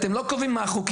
אתם לא קובעים מה החוקים,